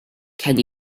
can